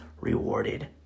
rewarded